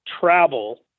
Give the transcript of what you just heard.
travel